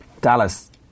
Dallas